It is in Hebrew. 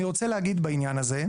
אני רוצה להגיע בעניין הזה,